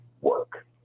work